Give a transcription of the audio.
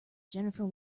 jennifer